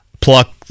pluck